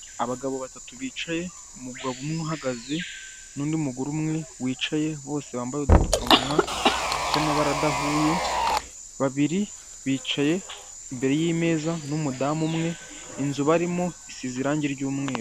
Abagabo batatu bicaye umugabo umwe uhagaze n'undi mugore umwe wicaye, bose bambaye udupfukamunwa dufite amabara adahuye, babiri bicaye imbere y'imeza n'umudamu umwe inzu barimo isize irangi ry'umweru.